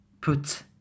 put